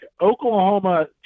Oklahoma